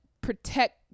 protect